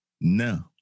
No